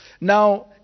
Now